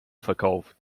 verkauft